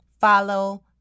follow